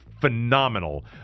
phenomenal